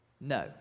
No